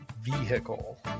vehicle